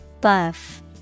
Buff